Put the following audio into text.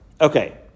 Okay